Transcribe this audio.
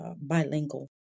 bilingual